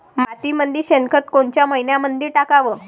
मातीमंदी शेणखत कोनच्या मइन्यामंधी टाकाव?